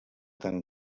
tan